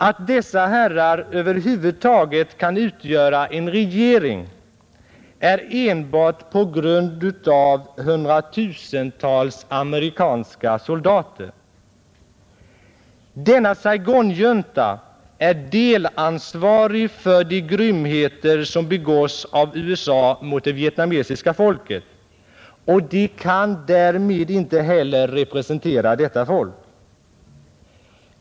Att dessa herrar över huvud taget kan utgöra en regering beror enbart på stödet från hundratusentals amerikanska soldater. Denna junta är delansvarig för de grymheter som begås av USA mot det vietnamesiska folket, och den kan därmed inte heller representera detta folk.